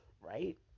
right